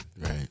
right